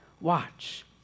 watch